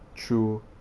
true